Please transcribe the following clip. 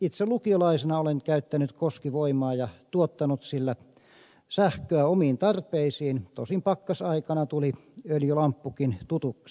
itse lukiolaisena olen käyttänyt koskivoimaa ja tuottanut sillä sähköä omiin tarpeisiin tosin pakkasaikana tuli öljylamppukin tutuksi